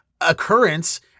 occurrence